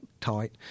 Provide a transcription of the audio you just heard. tight